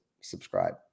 subscribe